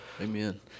Amen